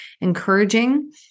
encouraging